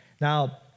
Now